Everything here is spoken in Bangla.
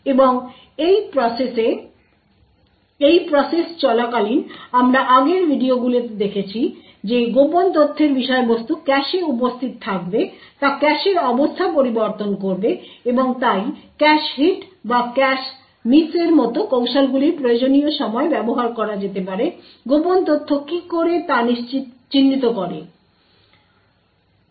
এবং এই প্রসেস চলাকালীন আমরা আগের ভিডিওগুলিতে দেখেছি যে গোপন তথ্যের বিষয়বস্তু ক্যাশে উপস্থিত থাকবে তা ক্যাশের অবস্থা পরিবর্তন করবে এবং তাই ক্যাশ হিট এবং ক্যাশ মিসের মত কৌশলগুলির প্রয়োজনীয় সময় ব্যবহার করা যেতে পারে গোপন তথ্য কি করে তা চিহ্নিত করতে